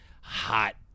hot